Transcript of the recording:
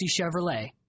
Chevrolet